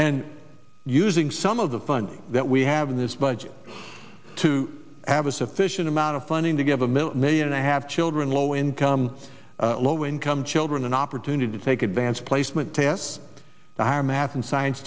and using some of the funding that we have in this budget to have a sufficient amount of funding to give a middle millionaire have children low income low income children an opportunity to take advanced placement tests to higher math and science